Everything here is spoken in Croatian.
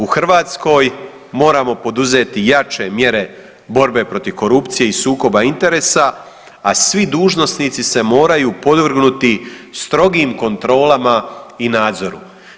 U Hrvatskoj moramo poduzeti jače mjere borbe protiv korupcije i sukoba interesa, a svi dužnosnici se moraju podvrgnuti strogim kontrolama i nadzoru.